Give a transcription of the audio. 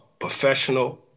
professional